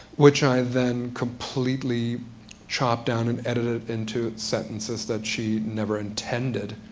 which i then completely chopped down and edited into sentences that she never intended,